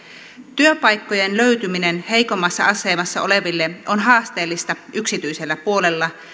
työpaikkojen löytyminen heikommassa asemassa oleville on haasteellista yksityisellä puolella